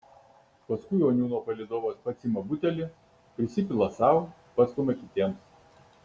paskui oniūno palydovas pats ima butelį prisipila sau pastumia kitiems